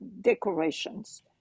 decorations